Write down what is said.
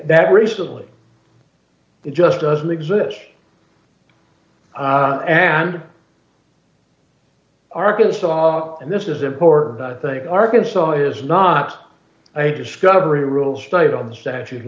that recently it just doesn't exist and arkansas and this is important i think arkansas is not a discovery rules state i'm statute of